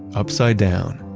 upside down,